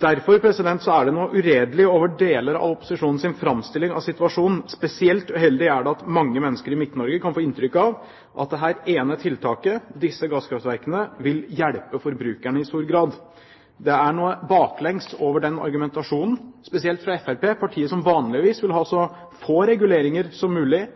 Derfor er det noe uredelig over deler av opposisjonens framstilling av situasjonen. Spesielt uheldig er det at mange mennesker i Midt-Norge kan få inntrykk av at dette ene tiltaket, oppstart av disse gasskraftverkene, i stor grad vil hjelpe forbrukerne. Det er noe baklengs over argumentasjonen, spesielt over argumentasjonen fra Fremskrittspartiet – som vanligvis vil ha så få reguleringer som mulig